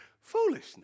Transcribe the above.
Foolishness